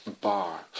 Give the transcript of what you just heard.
bar